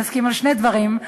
שנסכים על שני דברים,